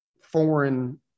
foreign